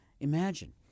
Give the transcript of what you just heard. imagine